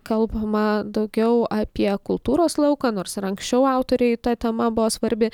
kalbama daugiau apie kultūros lauką nors ir anksčiau autorei ta tema buvo svarbi